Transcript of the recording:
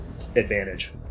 advantage